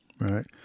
Right